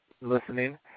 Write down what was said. listening